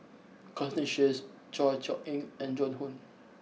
Constance Sheares Chor Yeok Eng and Joan Hon